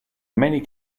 many